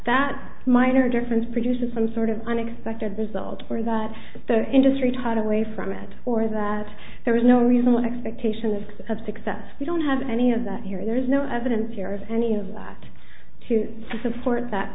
that minor difference produces some sort of unexpected result or that the industry taught away from it or that there is no reason one expectations of success we don't have any of that here there is no evidence here is any of that to support that